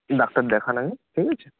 doctor দেখান আগে ঠিক আছে